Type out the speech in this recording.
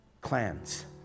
clans